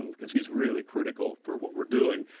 um because he's really critical for what we're doing.